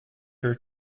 her